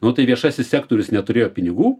nu tai viešasis sektorius neturėjo pinigų